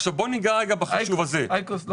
חברת אייקוס.